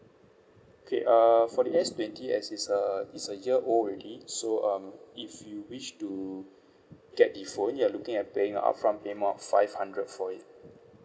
okay uh for the S twenty as it's a it's a year old already so um if you wish to get the phone you are looking at paying a upfront payment of five hundred for it